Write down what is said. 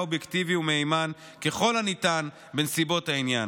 אובייקטיבי ומהימן ככל הניתן בנסיבות העניין.